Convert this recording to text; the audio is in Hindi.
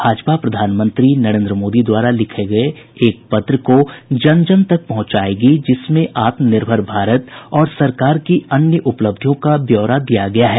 भारतीय जनता पार्टी प्रधानमंत्री नरेन्द्र मोदी द्वारा लिखे गये एक पत्र को जन जन तक पहुंचाएगी जिसमें आत्मनिर्भर भारत और सरकार की अन्य उपलब्धियों का ब्यौरा दिया गया है